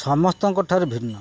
ସମସ୍ତଙ୍କ ଠାରୁ ଭିନ୍ନ